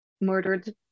murdered